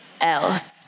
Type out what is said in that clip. else